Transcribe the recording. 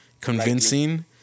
convincing